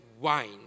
wine